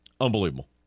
Unbelievable